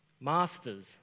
masters